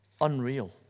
Unreal